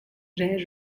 rare